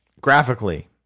Graphically